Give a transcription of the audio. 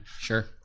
sure